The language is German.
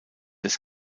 des